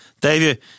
David